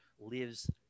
lives